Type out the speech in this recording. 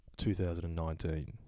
2019